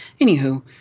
Anywho